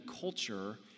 culture